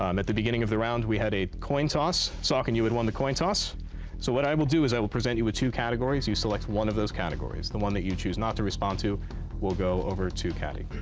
um at the beginning of the round we had a coin toss. saucon, you had won the coin toss. so what i will do is i will present you with two categories. you will select one of those categories. the one that you choose not to respond to will go over to catty,